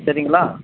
சரிங்களா